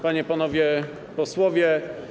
Panie i Panowie Posłowie!